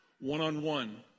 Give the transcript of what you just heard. one-on-one